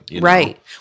Right